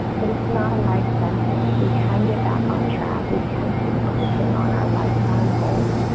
but it's not a life sentence we can get back on track. we can keep focusing on our lifetime goal.